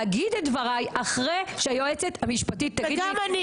להגיד את דבריי אחרי שהיועצת המשפטית תגיד לי